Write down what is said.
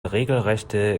regelrechte